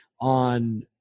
on